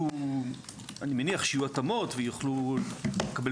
אני מניח שכמובן יהיו התאמות ויוכלו לקבל